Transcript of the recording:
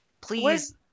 Please